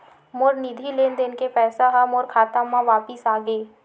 मोर निधि लेन देन के पैसा हा मोर खाता मा वापिस आ गे